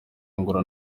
angola